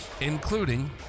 including